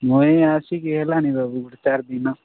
ମୁଇଁ ଆସିକି ହେଲାଣି ଚାରି ଦିନ